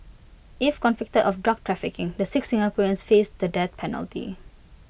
if convicted of drug trafficking the six Singaporeans face the death penalty